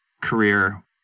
career